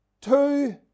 two